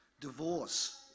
Divorce